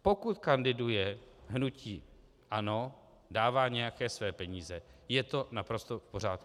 Pokud kandiduje hnutí ANO, dává nějaké své peníze, je to naprosto v pořádku.